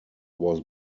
was